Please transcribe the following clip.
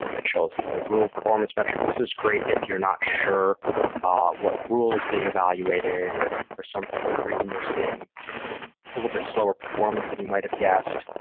it shows the rule performance metrics. this is great if you're not sure what rule is being evaluated. if for some reason you're seeing a little bit slower performance than you might have guessed,